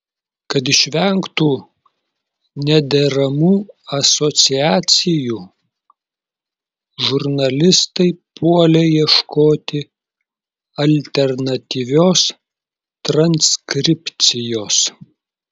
kad išvengtų nederamų asociacijų žurnalistai puolė ieškoti alternatyvios transkripcijos